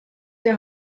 der